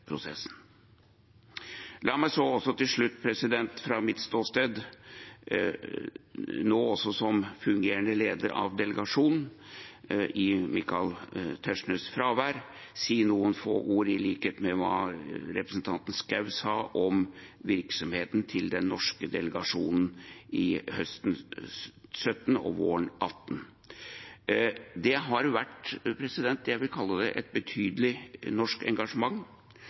La meg til slutt fra mitt ståsted, nå også som fungerende leder av delegasjonen i Michael Tetzschners fravær, si noen få ord – i likhet med representanten Schou – om virksomheten til den norske delegasjonen høsten 2017 og våren 2018. Det har vært et betydelig norsk engasjement. Delegasjonens 20 medlemmer har både som medlemmer av sine egne respektive utvalg og under sesjonen satt et betydelig